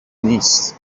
نیست